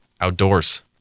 outdoors